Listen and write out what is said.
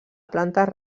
plantes